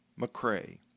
McRae